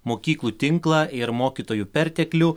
mokyklų tinklą ir mokytojų perteklių